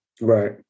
Right